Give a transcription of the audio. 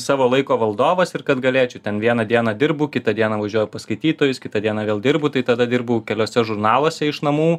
savo laiko valdovas ir kad galėčiau ten vieną dieną dirbu kitą dieną važiuoju pas skaitytojus kitą dieną vėl dirbu tai tada dirbau keliuose žurnaluose iš namų